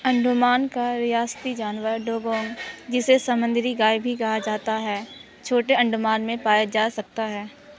انڈومان کا ریاستی جانور ڈوگونگ جسے سمندری گائے بھی کہا جاتا ہے چھوٹے انڈومان میں پایا جا سکتا ہے